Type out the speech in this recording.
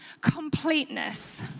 completeness